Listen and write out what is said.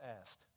asked